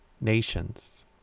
nations